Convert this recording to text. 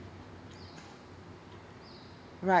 right